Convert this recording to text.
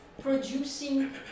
producing